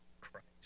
Christ